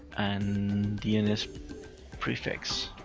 and dns prefix.